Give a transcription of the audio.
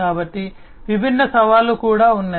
కాబట్టి విభిన్న సవాళ్లు కూడా ఉన్నాయి